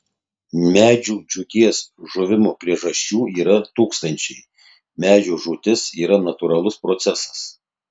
medžių džiūties žuvimo priežasčių yra tūkstančiai medžio žūtis yra natūralus procesas